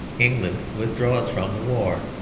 england withdraws from the war.